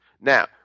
Now